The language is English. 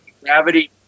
Gravity